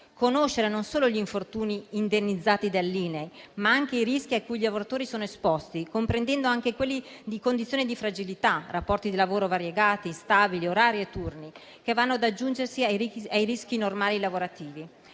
conoscere non solo gli infortuni indennizzati dall'INAIL, ma anche i rischi a cui i lavoratori sono esposti, comprendendo anche quelli in condizione di fragilità, rapporti di lavoro variegati, instabili, orari e turni, che vanno ad aggiungersi ai normali rischi lavorativi;